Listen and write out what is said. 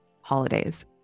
holidays